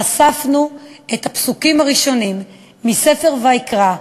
חשפנו את הפסוקים הראשונים מספר ויקרא,